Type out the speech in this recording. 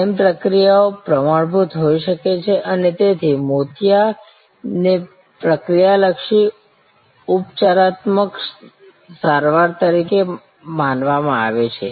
તાલીમ પ્રક્રિયાઓ પ્રમાણભૂત હોઈ શકે છે અને તેથી મોતિયાને પ્રક્રિયા લક્ષી ઉપચારાત્મક સારવાર તરીકે માનવામાં આવે છે